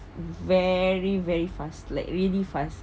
very very fast like really fast